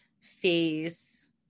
face